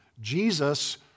Jesus